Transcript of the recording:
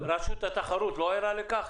רשות התחרות לא ערה לכך?